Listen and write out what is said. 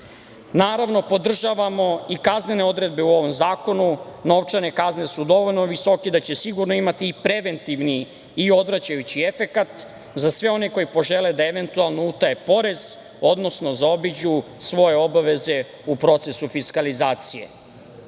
uređaja. Naravno, podržavamo i kaznene odredbe u ovom zakonu. Novčane kazne su dovoljno visoke da će sigurno imati i preventivni i odvraćajući efekat za sve one koji požele da eventualno utaje porez, odnosno zaobiđu svoje obaveze u procesu fiskalizacije.U